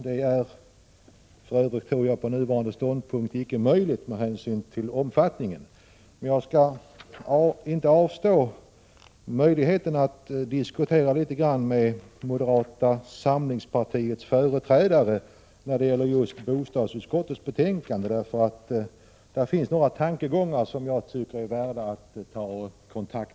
Det är för övrigt icke möjligt med hänsyn till omfattningen. Men jag skall inte avstå från möjligheten att något diskutera med moderata samlingspartiets företrädare när det gäller just bostadsutskottets betänkande. Där finns några tankegångar som är värda att tas upp.